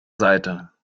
seite